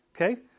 Okay